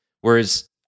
whereas